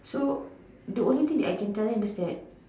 so the only thing that I can tell him is that